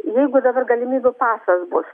jeigu dabar galimybių pasas bus